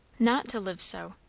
not to live so.